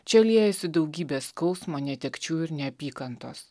čia liejasi daugybė skausmo netekčių ir neapykantos